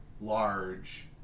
Large